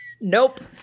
Nope